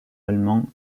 allemand